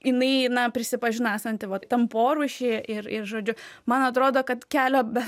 jinai na prisipažino esanti va tam porūšy ir ir žodžiu man atrodo kad kelio be